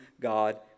God